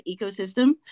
ecosystem